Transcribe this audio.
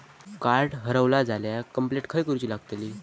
Card हरवला झाल्या complaint खय करूची लागतली?